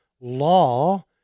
law